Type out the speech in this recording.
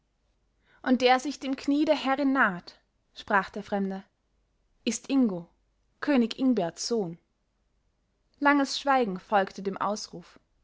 und der sich dem knie der herrin naht sprach der fremde ist ingo könig ingberts sohn langes schweigen folgte dem ausruf